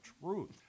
truth